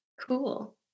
Cool